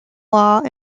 law